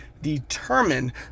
determine